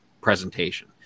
presentation